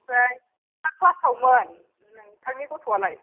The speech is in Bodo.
ओमफ्राय मा क्लासावमोन नोंथांनि गथ'आलाय